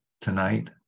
tonight